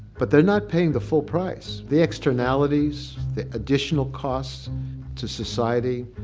but they're not paying the full price. the externalities, the additional costs to society,